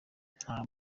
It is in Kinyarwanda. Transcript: nta